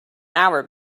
hour